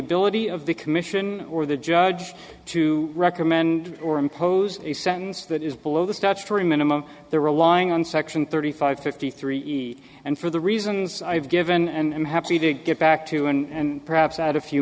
ability of the commission or the judge to recommend or impose a sentence that is below the statutory minimum the relying on section thirty five fifty three and for the reasons i've given and happy to get back to and perhaps add a few